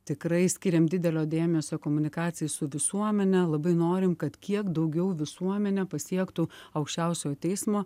tikrai skiriam didelio dėmesio komunikacijai su visuomene labai norim kad kiek daugiau visuomenę pasiektų aukščiausiojo teismo